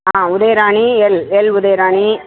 ah Udayarani L L Udayarani